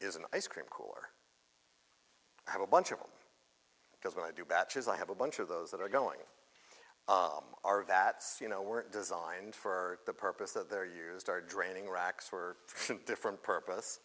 is an ice cream cooler i have a bunch of them because when i do batches i have a bunch of those that are going are that you know were designed for the purpose of their use are draining racks were different purpose